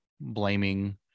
blaming